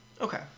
Okay